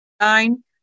nine